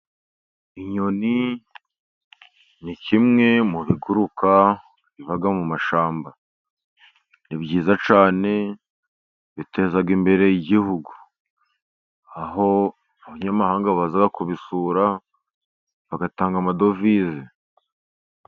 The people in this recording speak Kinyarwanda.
Inyoni ni kimwe mu biguruka biba mu mashyamba, ni byiza cyane biteza imbere igihugu aho abanyamahanga baza kuzisura bagatanga amadovize.